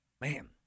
Man